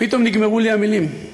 פתאום נגמרו לי המילים.